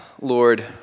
Lord